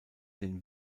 den